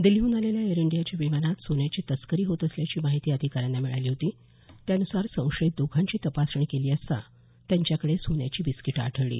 दिल्लीहून आलेल्या एअर इंडीयाच्या विमानात सोन्याची तस्करी होत असल्याची माहिती अधिकाऱ्यांना मिळाली होती त्यानुसार संशयित दोघांची तपासणी केली असता त्यांच्याकडे सोन्याची बिस्कीटे आढळली